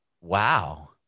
wow